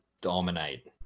dominate